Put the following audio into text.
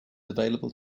available